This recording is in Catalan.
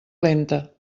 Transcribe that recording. lenta